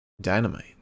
dynamite